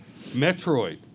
Metroid